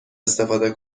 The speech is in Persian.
استفاده